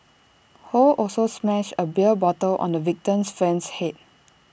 ho also smashed A beer bottle on the victim's friend's Head